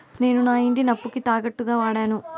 నేను నా ఇంటిని అప్పుకి తాకట్టుగా వాడాను